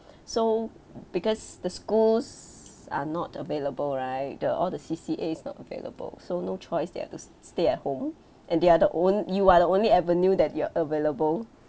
so because the schools are not available right the all the C_C_As not available so no choice they have to st~ stay at home and they are the own you are the only avenue that you're available